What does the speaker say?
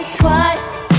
twice